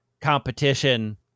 competition